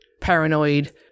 paranoid